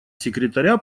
секретаря